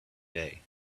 day